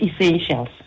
essentials